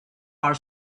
our